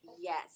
yes